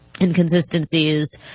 inconsistencies